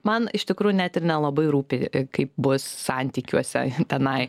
man iš tikrųjų net ir nelabai rūpi kaip bus santykiuose tenai